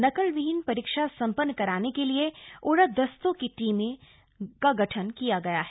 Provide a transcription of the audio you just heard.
नकल विहीन परीक्षा संपन्न कराने के लिए उड़न दस्तों की टीम का गठन किया गया है